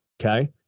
Okay